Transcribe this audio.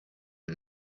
and